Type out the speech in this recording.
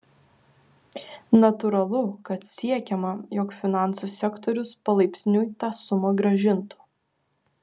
natūralu kad siekiama jog finansų sektorius palaipsniui tą sumą grąžintų